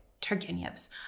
Turgenev's